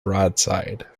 broadside